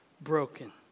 broken